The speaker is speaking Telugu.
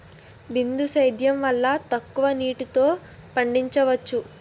బిందు సేద్యం వల్ల తక్కువ నీటితో పండించవచ్చు